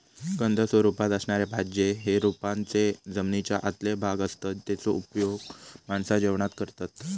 कंद स्वरूपात असणारे भाज्ये हे रोपांचे जमनीच्या आतले भाग असतत जेचो उपयोग माणसा जेवणात करतत